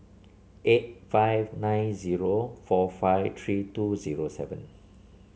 eight five nine zero four five three two zero seven